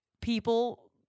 people